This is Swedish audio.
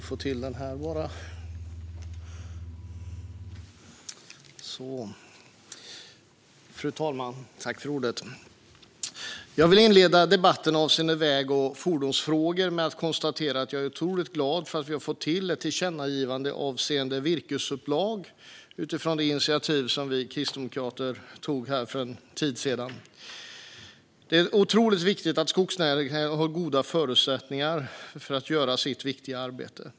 Fru talman! Jag vill inleda debatten om väg och fordonsfrågor med att konstatera att jag är otroligt glad för att vi har fått till ett tillkännagivande avseende virkesupplag utifrån det initiativ som vi kristdemokrater tog för en tid sedan. Det är otroligt viktigt att skogsnäringen har goda förutsättningar att göra sitt viktiga arbete.